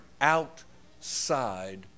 outside